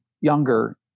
younger